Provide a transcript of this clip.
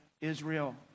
Israel